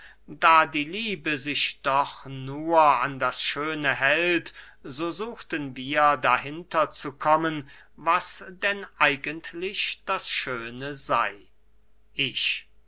da die liebe sich doch nur an das schöne hält so suchten wir dahinter zu kommen was denn eigentlich das schöne sey ich